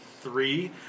three